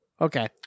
Okay